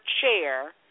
chair